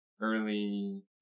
early